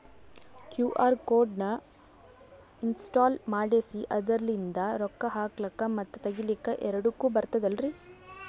QR code ನ install ಮಾಡೆಸಿ ಅದರ್ಲಿಂದ ರೊಕ್ಕ ಹಾಕ್ಲಕ್ಕ ಮತ್ತ ತಗಿಲಕ ಎರಡುಕ್ಕು ಬರ್ತದಲ್ರಿ?